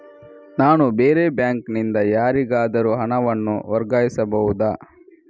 ನಾನು ಬೇರೆ ಬ್ಯಾಂಕ್ ನಿಂದ ಯಾರಿಗಾದರೂ ಹಣವನ್ನು ವರ್ಗಾಯಿಸಬಹುದ?